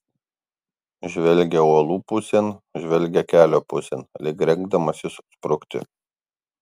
žvelgia uolų pusėn žvelgia kelio pusėn lyg rengdamasis sprukti